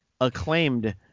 acclaimed